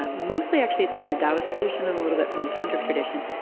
ah mostly, actually, it's from the taoist tradition and a little bit from the tantric tradition,